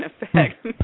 effect